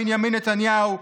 בנימין נתניהו,